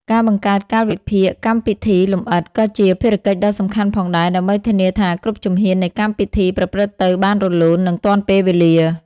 ការបង្កើតកាលវិភាគកម្មពិធីលម្អិតក៏ជាភារកិច្ចដ៏សំខាន់ផងដែរ ដើម្បីធានាថាគ្រប់ជំហាននៃកម្មពិធីប្រព្រឹត្តទៅបានរលូន និងទាន់ពេលវេលា។